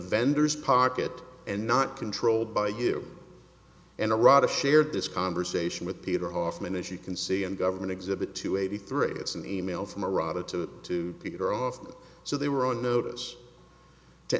vendor's pocket and not controlled by you and a rada shared this conversation with peter hoffman as you can see in government exhibit two eighty three it's an e mail from a rather to to peter off so they were on notice to